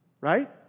Right